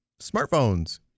smartphones